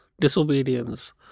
disobedience